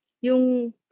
yung